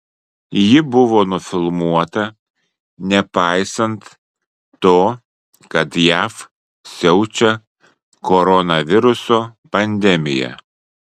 ji buvo nufilmuota nepaisant to kad jav siaučia koronaviruso pandemija